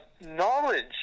knowledge